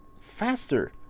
faster